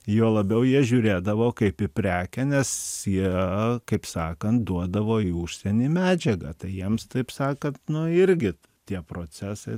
juo labiau jie žiūrėdavo kaip į prekę nes jie kaip sakant duodavo į užsienį medžiagą tai jiems taip sakant nu irgi tie procesai